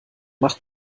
macht